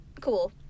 Cool